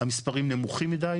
המספרים נמוכים מידי.